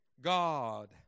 God